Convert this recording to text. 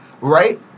Right